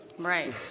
Right